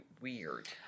weird